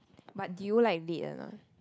but did you like it or not